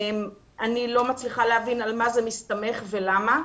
אני לא מצליחה להבין על מה זה מסתמך ולמה.